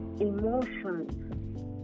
emotions